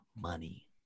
money